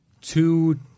two